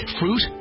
fruit